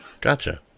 Gotcha